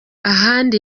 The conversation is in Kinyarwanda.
ahandi